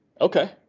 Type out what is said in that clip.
Okay